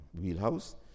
wheelhouse